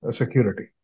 security